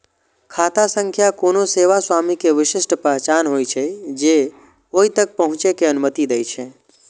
खाता संख्या कोनो सेवा स्वामी के विशिष्ट पहचान होइ छै, जे ओइ तक पहुंचै के अनुमति दै छै